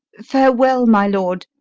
farewell. my lord,